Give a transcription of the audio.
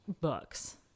books